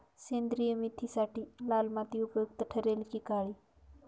सेंद्रिय मेथीसाठी लाल माती उपयुक्त ठरेल कि काळी?